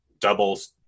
doubles